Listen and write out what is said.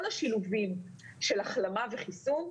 כל השילובים של החלמה וחיסון,